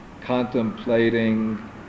contemplating